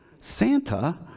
Santa